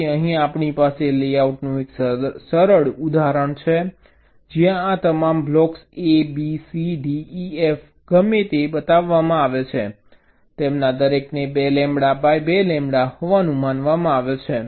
તેથી અહીં આપણી પાસે લેઆઉટનું એક સરળ ઉદાહરણ છે જ્યાં આ તમામ blocks A B C D E F ગમે તે બતાવવામાં આવે છે તેમાંના દરેકને 2 લેમ્બડા બાય 2 લેમ્બડા હોવાનું માનવામાં આવે છે